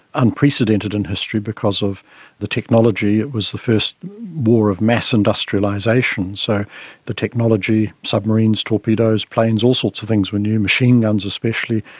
unprecedented in history because of the technology, it was the first war of mass industrialisation, so the technology, submarines, torpedoes, planes, all sorts of things, the but new machine guns especially,